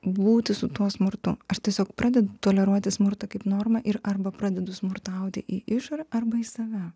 būti su tuo smurtu aš tiesiog pradedu toleruoti smurtą kaip normą ir arba pradedu smurtauti į išorę arba į save